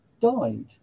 died